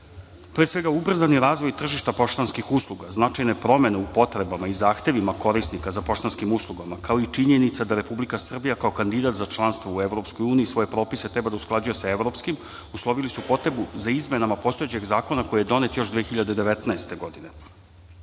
svega, ubrzani razvoj tržišta poštanskih usluga, značajne promene u potrebama i zahtevima korisnika za poštanskim uslugama kao i činjenica da Republika Srbija kao kandidat za članstvo u EU svoje propise treba da usklađuje sa evropskim, uslovili su potrebu za izmenama postojećeg zakona koji je donet još 2019. godine. Naime,